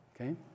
okay